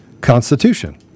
Constitution